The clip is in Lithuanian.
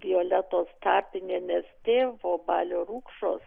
violetos tapinienės tėvo balio rukšos